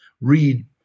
read